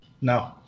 No